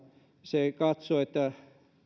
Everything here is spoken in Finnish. se